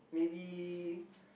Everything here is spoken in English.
maybe